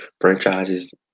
franchises